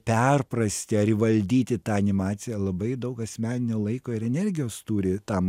perprasti ar įvaldyti tą animacija labai daug asmeninio laiko ir energijos turi tam